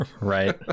right